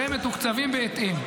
והם מתוקצבים בהתאם.